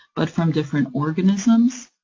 but from different organisms,